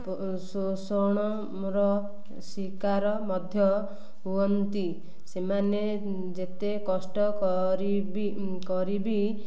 ଶୋଷଣର ଶିକାର ମଧ୍ୟ ହୁଅନ୍ତି ସେମାନେ ଯେତେ କଷ୍ଟ କରିବି କରି ବି